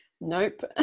nope